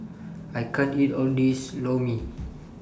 I can't eat All of This Lor Mee